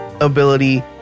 ability